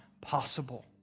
possible